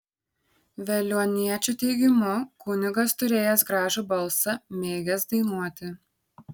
veliuoniečių teigimu kunigas turėjęs gražų balsą mėgęs dainuoti